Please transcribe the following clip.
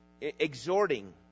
Exhorting